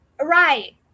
right